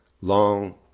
long